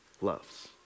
loves